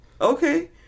Okay